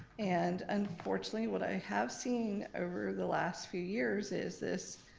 and unfortunately what i have seen over the last few years is this,